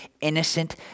innocent